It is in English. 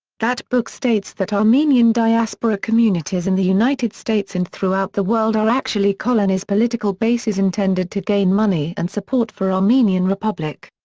that book states that armenian diaspora communities in the united states and throughout the world are actually colonies political bases intended to gain money and support for armenian republic.